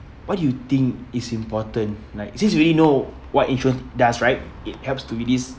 what do you think is important like since you already know what insurance there are right it helps to reduce